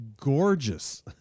gorgeous